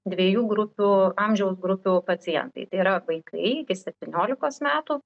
dviejų grupių amžiaus grupių pacientai tai yra vaikai iki septyniolikos metų